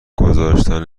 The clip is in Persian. گذاشتن